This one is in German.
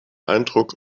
eindruck